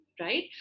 right